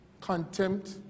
contempt